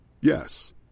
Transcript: Yes